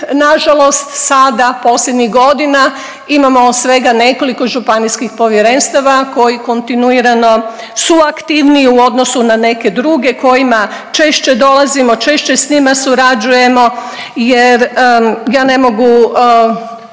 na žalost sada posljednjih godina imamo svega nekoliko županijskih povjerenstava koji kontinuirano su aktivniji u odnosu na neke druge kojima češće dolazimo, češće s njima surađujemo jer ja ne mogu